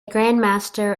grandmaster